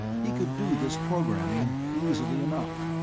he could do this programming, easily enough.